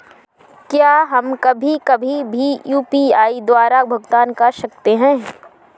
क्या हम कभी कभी भी यू.पी.आई द्वारा भुगतान कर सकते हैं?